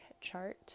chart